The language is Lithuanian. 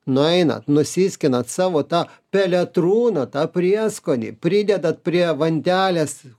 nueinat nusiskinat savo tą peletrūną tą prieskonį pridedat prie vantelės